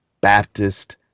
Baptist